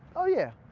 oh, yeah,